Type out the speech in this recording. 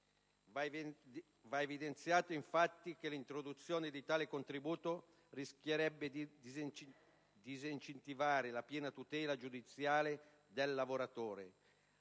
Va evidenziato, infatti, che l'introduzione di tale contributo rischierebbe di disincentivare la piena tutela giudiziale del lavoratore.